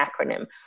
acronym